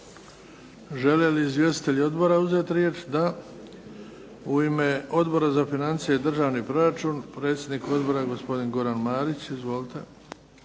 Žele li izvjestitelji odbora uzeti riječ? Da. U ime Odbora za financije i državni proračun predsjednik odbora gospodin Goran Marić. Izvolite.